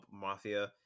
mafia